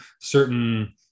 certain